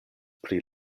pri